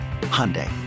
Hyundai